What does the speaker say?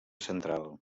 central